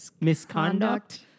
Misconduct